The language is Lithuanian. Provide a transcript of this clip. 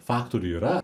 faktorių yra